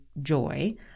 joy